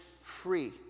free